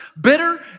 bitter